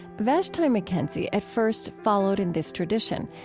vashti mckenzie at first followed in this tradition,